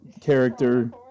character